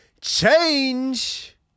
Change